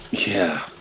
yeah